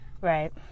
Right